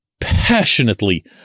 passionately